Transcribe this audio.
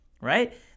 right